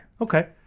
Okay